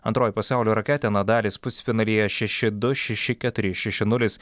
antroji pasaulio raketė nadalis pusfinalyje šeši du šeši keturi šeši nulis